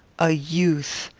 a youth,